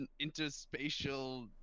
interspatial